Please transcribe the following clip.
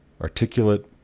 articulate